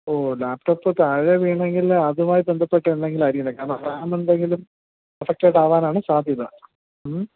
ഓ laptop താഴെ വീണെങ്കിൽ അതുമായി ബന്ധപ്പെട്ട എന്തെങ്കിലും ആയിരിക്കണം കാരണം റാം എന്തെങ്കിലും എഫക്റ്റഡ് ആവാനാണ് സാധ്യത മ്